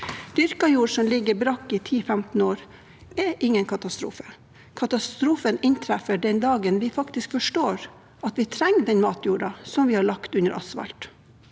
Dyrket jord som ligger brakk i 10–15 år, er ingen katastrofe. Katastrofen inntreffer den dagen vi faktisk forstår at vi trenger den matjorda som vi har lagt under asfalt.